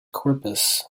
corpus